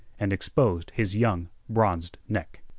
and exposed his young bronzed neck.